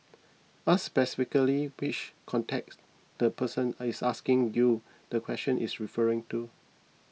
ask specifically which context the person is asking you the question is referring to